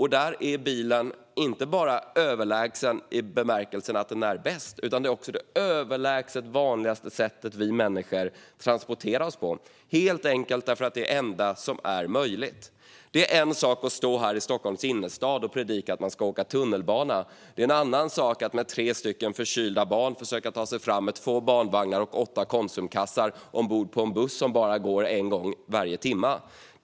Här är bilen inte bara överlägsen i bemärkelsen att den är bäst. Bil är också det överlägset vanligaste sättet vi människor transporterar oss på, helt enkelt för att det är det enda som är möjligt. Det är en sak att i Stockholms innerstad predika att man ska åka tunnelbana. Det är en annan sak att med tre förkylda barn, två barnvagnar och åtta matkassar försöka ta sig fram med en buss som bara går en gång i timmen.